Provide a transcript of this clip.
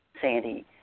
Sandy